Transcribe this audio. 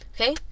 okay